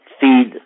feed